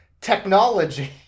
technology